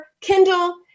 Kindle